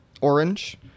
orange